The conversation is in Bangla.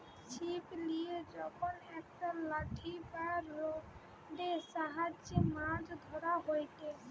ছিপ লিয়ে যখন একটা লাঠি বা রোডের সাহায্যে মাছ ধরা হয়টে